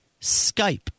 Skype